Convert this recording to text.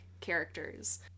characters